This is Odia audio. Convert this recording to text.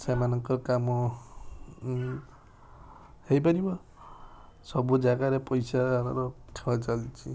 ସେମାନଙ୍କର କାମ କାମ ହେଇପାରିବ ସବୁ ଜାଗାରେ ପଇସାର ଥୟ ଚାଲିଛି